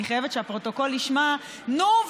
אני חייבת שהפרוטוקול ישמע: נו,